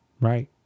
right